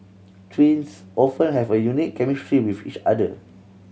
twins often have a unique chemistry with each other